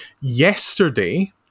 Yesterday